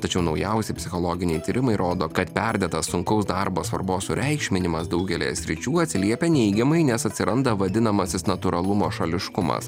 tačiau naujausi psichologiniai tyrimai rodo kad perdėtas sunkaus darbo svarbos sureikšminimas daugelyje sričių atsiliepia neigiamai nes atsiranda vadinamasis natūralumo šališkumas